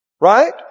Right